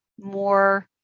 more